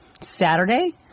Saturday